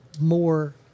more